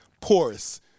porous